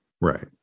right